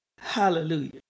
Hallelujah